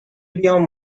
بیام